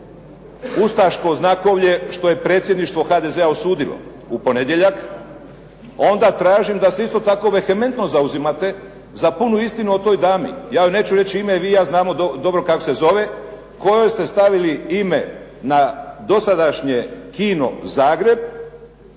ustaško znakovlje, što je predsjedništvo HDZ-a osudilo u ponedjeljak, onda tražim da se isto tako vehementno zauzimate za punu istinu o toj dami. Ja vam neću reći ime, vi i ja znamo dobro kako se zove, kojoj ste stavili ime na dosadašnje Kino Zagreb